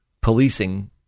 policing